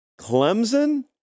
Clemson